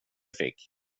fick